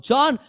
John